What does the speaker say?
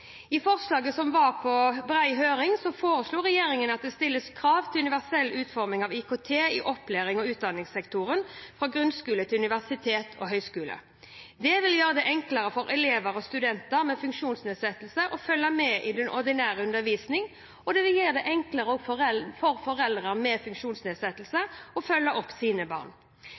I forslaget, som var på bred høring, foreslo regjeringen at det stilles krav til universell utforming av IKT i opplærings- og utdanningssektoren, fra grunnskole til universitet og høyskole. Det vil gjøre det enklere for elever og studenter med funksjonsnedsettelse å følge med i ordinær undervisning, og det vil gjøre det enklere for foreldre med funksjonsnedsettelse å følge opp sine barn.